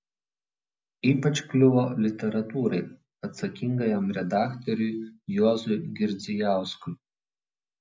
ypač kliuvo literatūrai atsakingajam redaktoriui juozui girdzijauskui